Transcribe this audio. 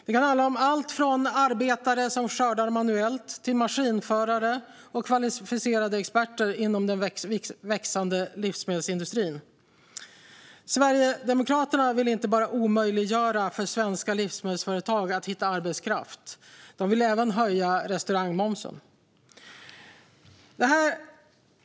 Det kan handla om allt från arbetare som skördar manuellt till maskinförare och kvalificerade experter inom den växande livsmedelsindustrin. Sverigedemokraterna vill inte bara omöjliggöra för svenska livsmedelsföretag att hitta arbetskraft. De vill även höja restaurangmomsen.